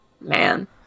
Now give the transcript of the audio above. Man